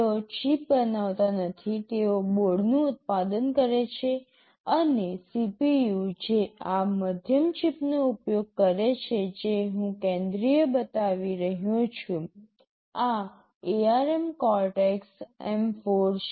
તેઓ ચિપ બનાવતા નથી તેઓ બોર્ડનું ઉત્પાદન કરે છે અને CPU જે આ મધ્યમ ચિપનો ઉપયોગ કરે છે જે હું કેન્દ્રિય બતાવી રહ્યો છું આ ARM Cortex M4 છે